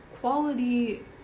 Quality